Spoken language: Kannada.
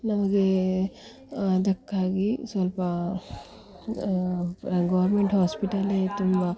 ನಮಗೆ ಅದಕ್ಕಾಗಿ ಸ್ವಲ್ಪ ಗೋರ್ಮೆಂಟ್ ಹಾಸ್ಪಿಟಲ್ಲೆ ತುಂಬ